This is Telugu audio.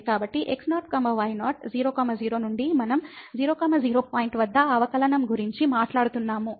కాబట్టి x 0 y0 00 నుండి మనం 00 పాయింట్ వద్ద అవకలనంగురించి మాట్లాడుతున్నాము